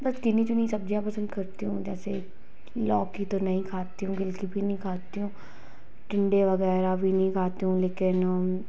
बस गिनी चुनी सब्जियाँ पसंद करती हूँ जैसे लौकी तो नहीं खाती हूँ भिंडी भी नहीं खाती हूँ टिंडे वगैरह भी नहीं खाती हूँ लेकिन